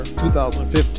2015